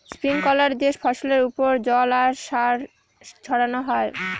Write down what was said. sprinkler দিয়ে ফসলের ওপর জল আর সার ছড়ানো হয়